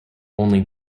only